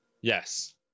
yes